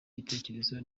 gitekerezo